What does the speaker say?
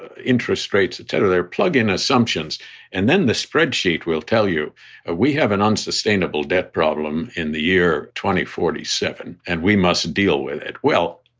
interest rates, etc. they plug in assumptions and then the spreadsheet will tell you we have an unsustainable debt problem in the year. twenty, forty seven. and we must deal with it. well,